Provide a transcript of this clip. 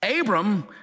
Abram